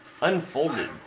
unfolded